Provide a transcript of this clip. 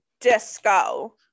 disco